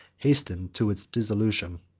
hastened to its dissolution.